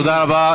תודה רבה.